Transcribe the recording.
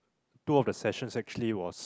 two of sessions actually was